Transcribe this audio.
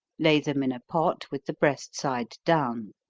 lay them in a pot with the breast side down.